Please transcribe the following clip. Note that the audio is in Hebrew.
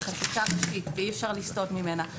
בחקיקה ראשית ואי אפשר לסטות ממנה.